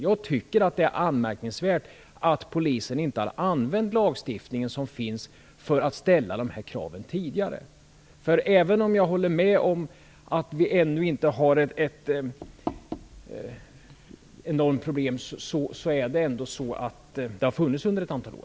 Jag tycker att det är anmärkningsvärt att polisen inte tidigare har använt den lagstiftning som finns för att ställa dessa krav. Även om jag håller med om att problemen ännu inte är enorma, så har de ändå funnits under ett antal år.